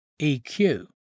EQ